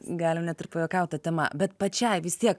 galim net ir pajuokaut ta tema bet pačiai vis tiek